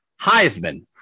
Heisman